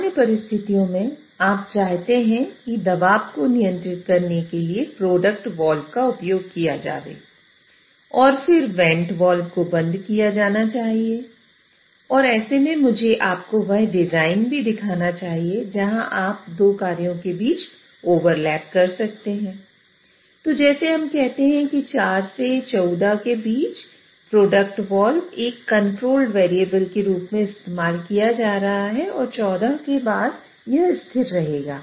सामान्य परिस्थितियों में आप चाहते है कि दबाव को नियंत्रित करने के लिए प्रोडक्ट वाल्व एक कंट्रोल्ड वेरिएबल के रूप में इस्तेमाल किया जा रहा है और 14 के बाद यह स्थिर रहेगा